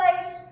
place